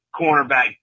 cornerback